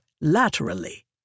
laterally